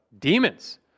demons